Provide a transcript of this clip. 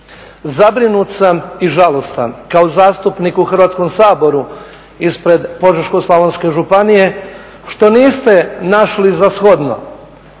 Zabrinut sam i žalostan kao zastupnik u Hrvatskom saboru ispred Požeško-slavonske županije što niste našli za shodno,